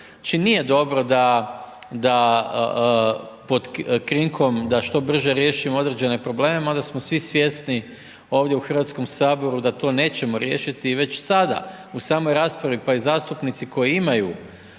krinkom da što brže riješimo određene probleme, mada smo svi svjesni ovdje u Hrvatskom saboru, da to nećemo riješiti, već sada u samoj raspravi, pa i zastupnici, koji imaju